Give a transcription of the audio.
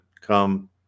come